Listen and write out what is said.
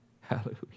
Hallelujah